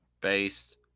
Based